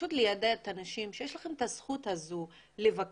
פשוט ליידע את האנשים שיש להם את הזכות הזאת לבקש.